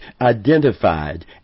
identified